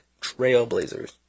Trailblazers